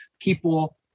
people